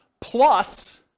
plus